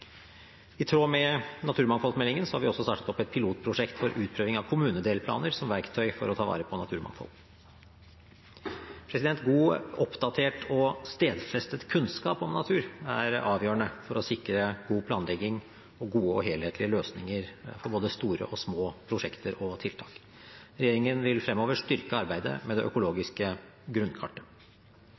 I tråd med naturmangfoldmeldingen har vi også startet opp et pilotprosjekt for utprøving av kommunedelplaner som verktøy for å ta vare på naturmangfold. God, oppdatert og stedfestet kunnskap om natur er avgjørende for å sikre god planlegging og gode og helhetlige løsninger for både store og små prosjekter og tiltak. Regjeringen vil fremover styrke arbeidet med det økologiske grunnkartet.